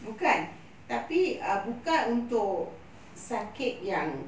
bukan tapi bukan untuk sakit yang